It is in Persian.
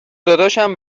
داداشم